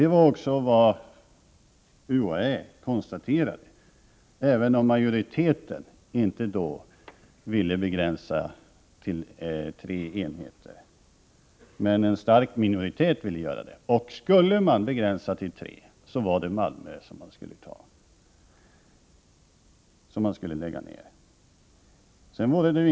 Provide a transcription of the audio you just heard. Det var också vad UHÄ konstaterade, även om majoriteten inte då ville begränsa utbildningen till tre enheter. Men en stark minoritet ville göra det. Och skulle man begränsa utbildningen till tre enheter, så var det utbildningen i Malmö som skulle läggas ned, ansåg ett enhälligt UHÄ.